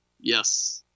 Yes